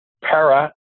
para